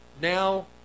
now